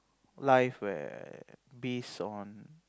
life where base on